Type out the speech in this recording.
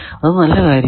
അത് നല്ല കാര്യമാണ്